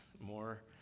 more